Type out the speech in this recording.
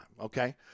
okay